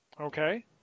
Okay